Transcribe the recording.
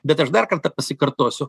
bet aš dar kartą pasikartosiu